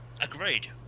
agreed